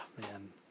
Man